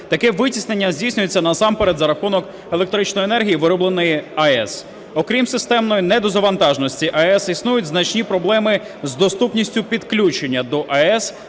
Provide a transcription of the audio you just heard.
Таке витіснення здійснюється насамперед за рахунок електричної енергії виробленої АЕС. Окрім системної недозавантаженості АЕС існують значні проблеми з доступністю підключення до АЕС